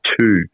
two